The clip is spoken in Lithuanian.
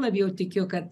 labiau tikiu kad